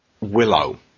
Willow